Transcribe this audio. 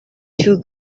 too